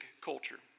culture